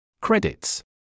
Credits